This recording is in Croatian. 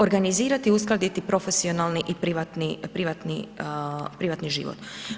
Organizirati i uskladiti profesionalni i privatni život.